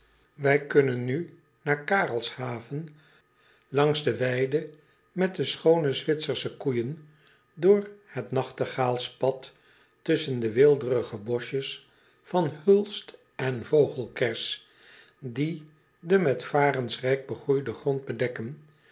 ij kunnen nu naar arelshaven langs de weide met de schoone witsersche koeijen door het n a c h t e g a a l s p a d tusschen de weelderige boschjes van hulst en vogelkers die den met varens rijk begroeiden grond bedekken